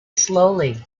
slowly